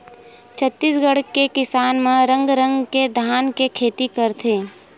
छत्तीसगढ़ के किसान मन रंग रंग के धान के खेती करथे